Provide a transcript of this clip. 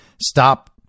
stop